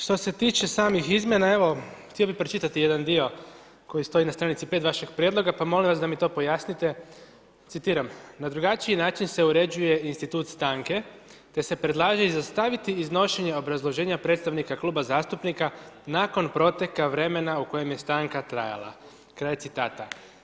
Što se tiče samih izmjena, evo htio bi pročitati jedan dio koji stoji na str. 5 vašeg prijedloga, pa molim vas da mi to pojasnite, citiram, na drugačiji način se uređuje institut stanke te se predlaže izostaviti iznošenje obrazloženja predstavnika kluba zastupnika nakon proteka vremena u kojem je stanka trajala, kraj citata.